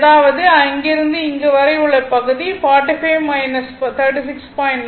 அதாவது இங்கிருந்து அங்கு வரை உள்ள இந்த பகுதி 45 39